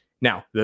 Now